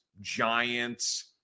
Giants